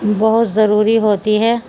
بہت ضروری ہوتی ہے